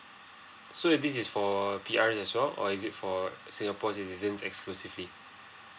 so this is for P_R as well or is it for singapore citizen exclusively